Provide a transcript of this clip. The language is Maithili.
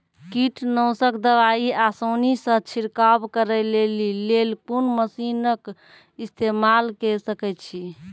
कीटनासक दवाई आसानीसॅ छिड़काव करै लेली लेल कून मसीनऽक इस्तेमाल के सकै छी?